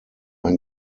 ein